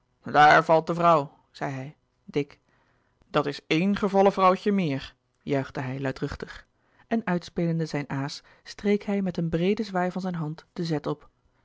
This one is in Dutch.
daar valt de vrouw zei hij dik dat is éen gevallen vrouwtje meer juichte hij luidruchtig en uitspelende zijn aas streek hij met een breeden zwaai van zijn hand de zet op